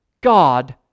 God